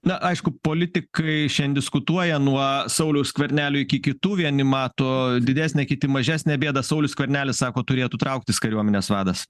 na aišku politikai šian diskutuoja nuo sauliaus skvernelio iki kitų vieni mato didesnę kiti mažesnę bėdą saulius skvernelis sako turėtų trauktis kariuomenės vadas